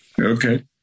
Okay